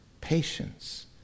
patience